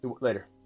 Later